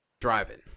driving